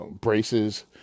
braces